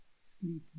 sleep